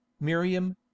MIRIAM